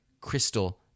crystal